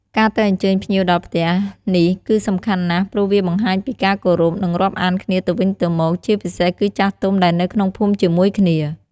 ការទៅអញ្ជើញភ្ញៀវដល់ផ្ទះនេះគឺសំខាន់ណាស់ ព្រោះវាបង្ហាញពីការគោរព និងរាប់អានគ្នាទៅវិញទៅមក ជាពិសេសគឺចាស់ទុំដែលនៅក្នុងភូមិជាមួយគ្នា។